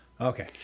Okay